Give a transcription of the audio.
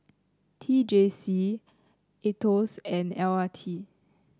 T J C Aetos and L R T